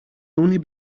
only